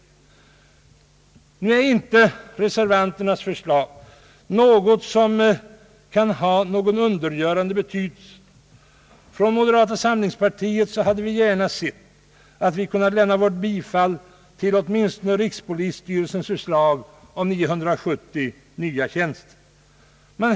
Reservanternas förslag är inte sådant att det kan ha någon undergörande betydelse. Vi inom moderata samlingspartiet hade gärna sett att rikspolisstyrelsens förslag om 970 nya tjänster kunnat bifallas.